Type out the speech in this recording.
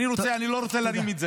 אני לא רוצה לחרוג,